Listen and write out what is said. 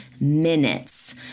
minutes